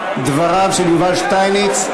ברוורמן, אין צורך לצעוק.